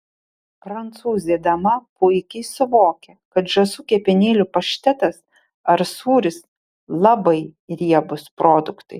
prancūzė dama puikiai suvokia kad žąsų kepenėlių paštetas ar sūris labai riebūs produktai